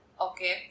Okay